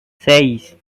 seis